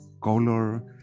color